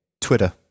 Twitter